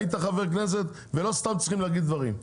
היית חבר כנסת ולא סתם צריכים להגיד דברים.